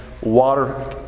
water